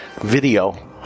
video